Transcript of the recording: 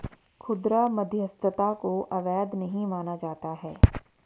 खुदरा मध्यस्थता को अवैध नहीं माना जाता है